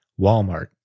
Walmart